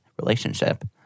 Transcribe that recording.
relationship